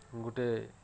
ଗୁଟେ